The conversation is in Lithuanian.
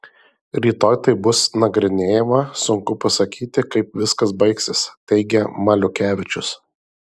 rytoj tai bus nagrinėjama sunku pasakyti kaip viskas baigsis teigia maliukevičius